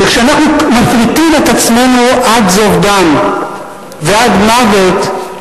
וכשאנחנו מפריטים את עצמנו עד זוב דם ועד מוות,